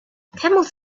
camels